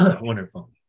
wonderful